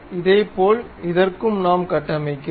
இதேபோல் இதற்கும் நாம் கட்டமைக்கிறோம்